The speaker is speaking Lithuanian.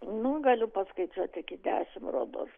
nu galiu paskaičiuoti iki dešimt rodos